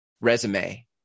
resume